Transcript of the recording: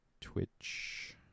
twitch